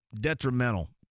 detrimental